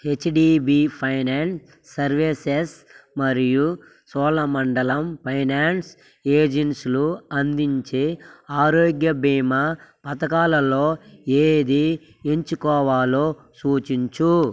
HDB finance services మరియు Cholamandalam finance ఏజెన్స్లు అందించే ఆరోగ్య బీమా పథకాలలో ఏది ఎంచుకోవాలో సూచించు